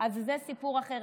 אז זה סיפור אחר.